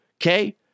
okay